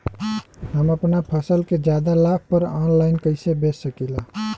हम अपना फसल के ज्यादा लाभ पर ऑनलाइन कइसे बेच सकीला?